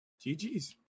GGS